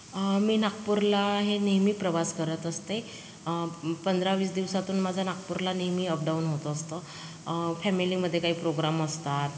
मी नागपूरला हे नेहमी प्रवास करत असते पंधरा वीस दिवसांतून माझा नागपूरला नेहमी अप डाऊन होत असतं फॅमिलीमधे काही प्रोग्राम असतात